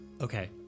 Okay